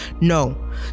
No